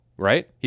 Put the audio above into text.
Right